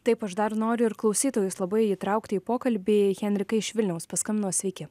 taip aš dar noriu ir klausytojus labai įtraukti į pokalbį henrika iš vilniaus paskambino sveiki